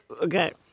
Okay